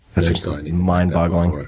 that's mind-boggling.